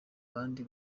abandi